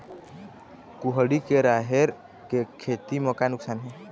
कुहड़ी के राहेर के खेती म का नुकसान हे?